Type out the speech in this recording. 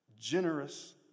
generous